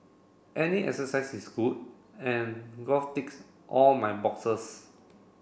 any exercise is good and golf ticks all my boxes